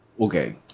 Okay